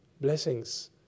blessings